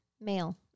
male